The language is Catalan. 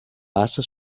passa